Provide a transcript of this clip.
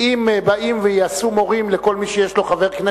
כי אם באים מורים לכל מי שיש לו חבר,